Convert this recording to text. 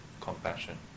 compassion